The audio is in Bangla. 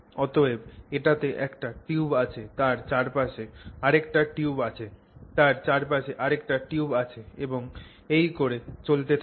অতএব এটাতে একটা টিউব আছে তার চারপাশে আরেকটা টিউব আছে তার চারপাশে আরেকটা টিউব আছে এবং এই করে চলতে থাকে